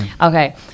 Okay